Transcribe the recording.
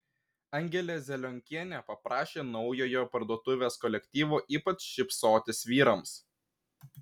angelė zelionkienė paprašė naujojo parduotuvės kolektyvo ypač šypsotis vyrams